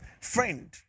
Friend